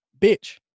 Bitch